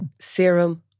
Serum